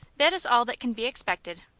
that is all that can be expected.